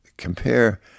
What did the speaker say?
compare